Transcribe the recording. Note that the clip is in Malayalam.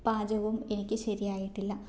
പാചകവും എനിക്ക് ശരിയായിട്ടില്ല